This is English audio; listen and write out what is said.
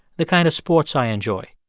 the kind of sports i enjoy.